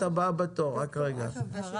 כן.